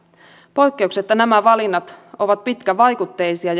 poikkeuksetta nämä valinnat ovat pitkävaikutteisia